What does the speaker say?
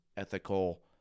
ethical